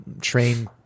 train